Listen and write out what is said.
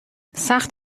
سخت